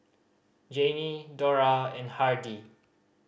Janie Dora and Hardie